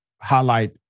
highlight